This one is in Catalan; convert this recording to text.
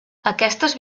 aquestes